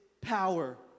power